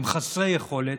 הם חסרי יכולת,